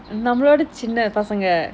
நம்மளவிட சின்ன பசங்க::nammalavida chinna pasanga